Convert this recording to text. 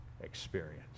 experience